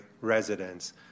residents